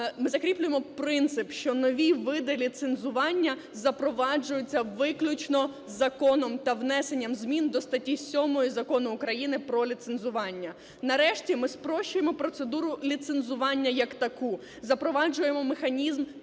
Ми закріплюємо принцип, що нові види ліцензування запроваджуються виключно законом та внесенням змін до статті 7 Закону України про ліцензування. Нарешті, ми спрощуємо процедуру ліцензування як таку, запроваджуємо механізм